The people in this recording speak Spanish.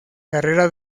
carrera